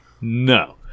No